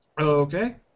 Okay